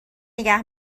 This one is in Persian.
نگه